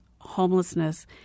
homelessness